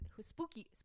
spooky